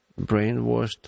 brainwashed